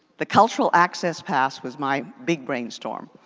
the cultural access pass was my big brain storm.